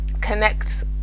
connect